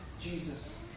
Jesus